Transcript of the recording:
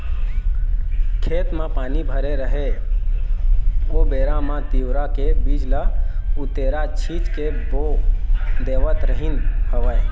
खेत म पानी भरे राहय ओ बेरा म तिंवरा के बीज ल उतेरा छिंच के बो देवत रिहिंन हवँय